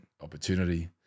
opportunity